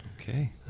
Okay